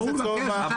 הוא מבקש.